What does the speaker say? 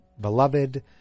beloved